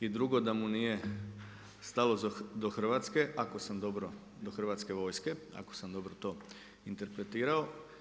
I drugo, da mu nije stalo do Hrvatske, ako sam dobro, do hrvatske vojske, ako sam dobro to interpretirao.